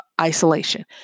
Isolation